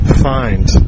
find